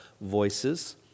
voices